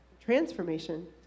transformation